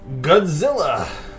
Godzilla